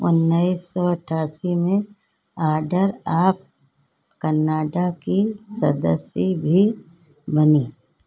उन्नीस सौ अट्ठासी में आर्डर आफ कन्नाडा की सदस्य भी बनीं